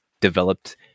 developed